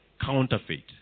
Counterfeit